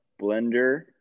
blender